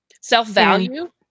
self-value